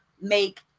make